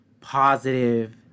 positive